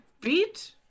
beat